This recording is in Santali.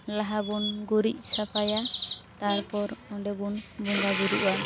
ᱞᱟᱦᱟ ᱵᱚᱱ ᱜᱤᱨᱤᱡᱽ ᱥᱟᱯᱷᱟᱭᱟ ᱛᱟᱨᱯᱚᱨ ᱚᱸᱰᱮᱵᱚᱱ ᱵᱚᱸᱜᱟ ᱵᱳᱨᱳᱜᱼᱟ